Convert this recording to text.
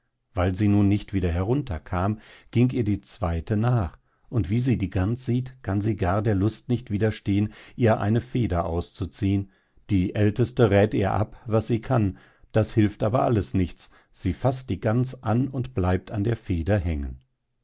weil sie nun nicht wieder herunter kam ging ihr die zweite nach und wie sie die gans sieht kann sie gar der lust nicht widerstehen ihr eine feder auszuziehen die älteste räth ihr ab was sie kann das hilft aber alles nichts sie faßt die gans an und bleibt an der feder hängen